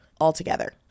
altogether